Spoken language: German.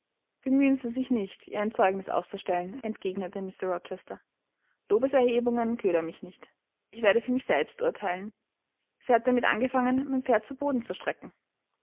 bemühen sie sich nicht ihr ein zeugnis auszustellen entgegnete mr rochester lobeserhebungen ködern mich nicht ich werde für mich selbst urteilen sie hat damit angefangen mein pferd zu boden zu strecken